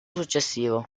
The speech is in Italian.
successivo